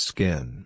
Skin